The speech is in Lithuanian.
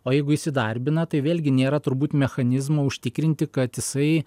o jeigu įsidarbina tai vėlgi nėra turbūt mechanizmo užtikrinti kad jisai